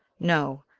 no,